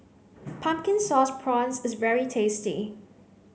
pumpkin sauce prawns is very tasty